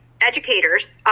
educators